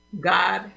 God